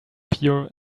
pure